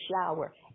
shower